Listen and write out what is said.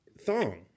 thong